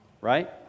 right